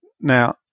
Now